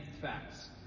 facts